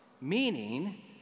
meaning